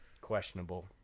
Questionable